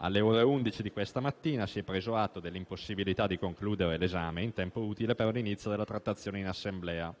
Alle ore 11 di questa mattina si è preso atto dell'impossibilità di concludere l'esame in tempo utile per l'inizio della trattazione in Assemblea,